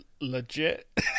legit